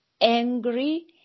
angry